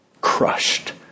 crushed